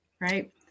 Right